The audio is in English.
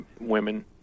women